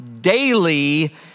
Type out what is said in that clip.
daily